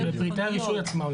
בפריטי הרישוי עצמם,